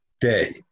day